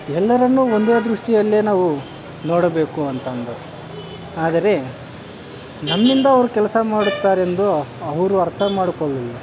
ಎಲ್ಲರನ್ನು ಒಂದೇ ದೃಷ್ಟಿಯಲ್ಲೇ ನಾವು ನೋಡಬೇಕು ಅಂತ ಅಂದರು ಆದರೆ ನಮ್ಮಿಂದ ಅವ್ರು ಕೆಲಸ ಮಾಡುತ್ತಾರೆಂದು ಅವರು ಅರ್ಥ ಮಾಡಿಕೊಳ್ಳಿಲ್ಲ